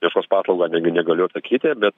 meškos paslaugą negaliu atsakyti bet